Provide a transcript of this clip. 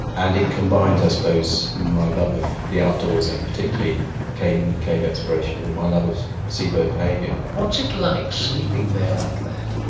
and it combines i suppose my love of the outdoors and particularly caving and cave exploration with my love of seabird behaviour. what's it like, sleeping there like that?